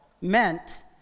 meant